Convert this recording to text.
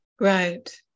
Right